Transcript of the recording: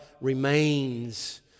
remains